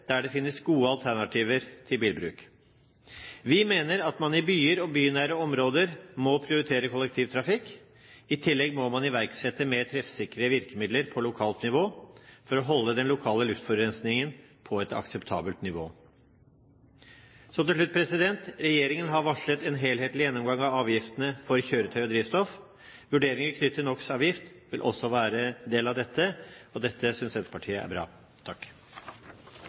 der det finnes gode alternativer til bilbruk. Vi mener at man i byer og bynære områder må prioritere kollektivtrafikk. I tillegg må man iverksette mer treffsikre virkemidler på lokalt nivå for å holde den lokale luftforurensningen på et akseptabelt nivå. Til slutt: Regjeringen har varslet en helhetlig gjennomgang av avgiftene for kjøretøy og drivstoff. Vurderinger knyttet til Nox-avgift vil også være en del av dette, og det synes Senterpartiet er bra.